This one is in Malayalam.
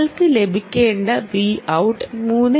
നിങ്ങൾക്ക് ലഭിക്കേണ്ട Vout 3